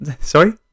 sorry